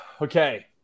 okay